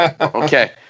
Okay